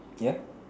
ya